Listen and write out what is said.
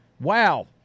Wow